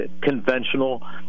conventional